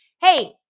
Hey